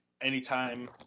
anytime